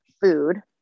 food